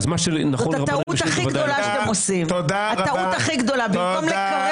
ארז, אתה מבין כשאתה נכנס